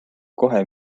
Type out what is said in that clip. kohe